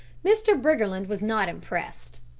mr. briggerland was not impressed.